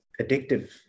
addictive